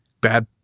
bad